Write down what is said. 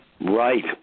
Right